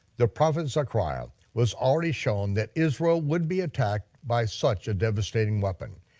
the prophet zechariah was already shown that israel would be attacked by such a devastating weapon,